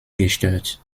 gestört